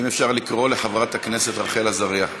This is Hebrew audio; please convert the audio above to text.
האם אפשר לקרוא לחברת הכנסת רחל עזריה?